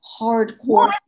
hardcore